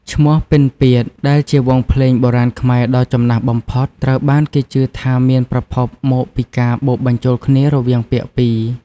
ឈ្មោះ "ពិណពាទ្យ" ដែលជាវង់ភ្លេងបុរាណខ្មែរដ៏ចំណាស់បំផុត ត្រូវបានគេជឿថាមានប្រភពមកពីការបូកបញ្ចូលគ្នារវាងពាក្យពីរ។